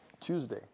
Tuesday